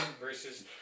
versus